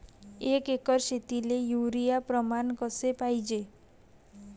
एक एकर शेतीले युरिया प्रमान कसे पाहिजे?